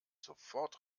sofort